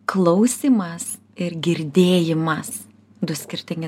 klausymas ir girdėjimas du skirtingi